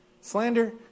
Slander